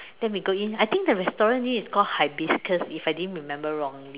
then we go in I think the restaurant name is called hibiscus if I didn't remember wrongly